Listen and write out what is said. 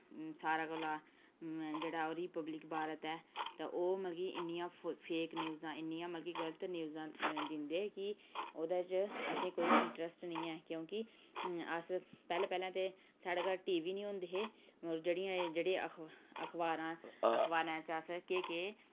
सारें कोला जेह्ड़ा रिपब्लिक भारत ऐ ते ओह् मतलब कि इन्नियां फेक न्यूजां मतबव कि इन्नियां गल्त न्यूजां दिंदे कि ओह्दे च असें कोई इंट्रस्ट निं ऐ क्योंकि अस पैह्लें पैह्लें ते साढ़े घर टीवी निं होंदे हे मगर जेह्ड़ी अखबारां न अखबारें च अस केह् केह्